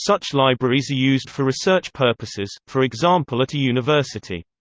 such libraries are used for research purposes, for example at a university.